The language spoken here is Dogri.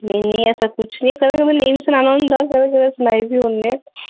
नेईं नेईं ऐसा कुछ नेईं कदें कुतै नेईं बी सनाना होंदा कदें कुतै सनाई बी होन्ने